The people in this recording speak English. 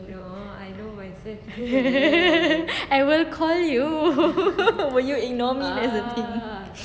I will call you will you ignore me that's the thing